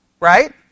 Right